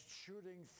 shooting